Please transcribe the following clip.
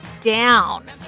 down